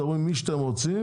תדברו עם מי שאתם רוצים